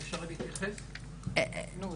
אפשר מילה?